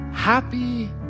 Happy